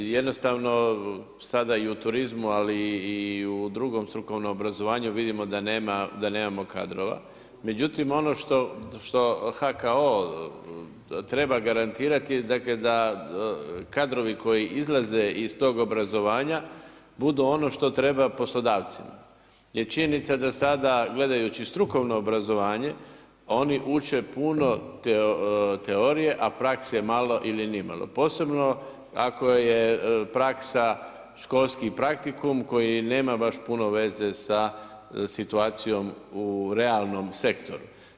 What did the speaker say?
Jednostavno sada i u turizmu ali i u drugom strukovnom obrazovanju vidimo da nemamo kadrova, međutim ono što HKO treba garantirati je dakle da kadrovi koji izlaze iz tog obrazovanja budu ono što treba poslodavcima jer činjenica je da sada gledajući strukovno obrazovanje oni uče puno teorije a prakse malo ili nimalo, posebno ako je praksa školski praktikum koji nema baš puno veze sa situacijom u realnom sektoru.